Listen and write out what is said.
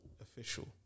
Official